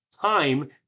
time